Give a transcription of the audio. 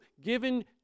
Given